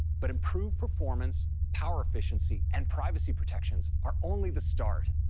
but improved performance, power efficiency and privacy protections are only the start.